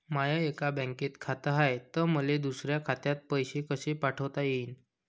माय एका बँकेत खात हाय, त मले दुसऱ्या खात्यात पैसे कसे पाठवता येईन?